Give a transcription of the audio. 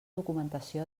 documentació